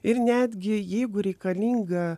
ir netgi jeigu reikalinga